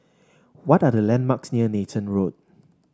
what are the landmarks near Nathan Road